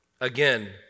Again